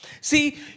See